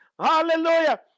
hallelujah